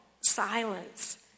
silence